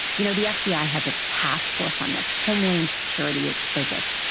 you know, the fbi ah has a task force on this. homeland security is focused.